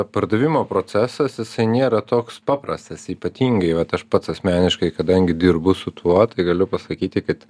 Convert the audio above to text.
pardavimo procesas jisai nėra toks paprastas ypatingai vat aš pats asmeniškai kadangi dirbu su tuo tai galiu pasakyti kad